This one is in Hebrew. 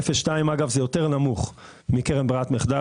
אגב, 0.2 זה יותר נמוך מקרן ברירת מחדל.